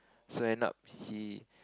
so end up he